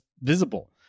visible